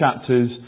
chapters